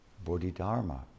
Bodhidharma